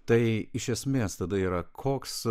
tai iš esmės tada yra koks